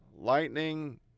Lightning